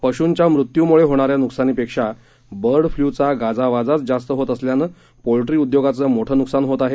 पशुंच्या मृत्युमुळे होणाऱ्या नुकसानीपेक्षा बर्ड फ्लू चा गाजवाजाच जास्त होत असल्यानं पोल्ट्री उद्योगाचं मोठं नुकसान होत आहे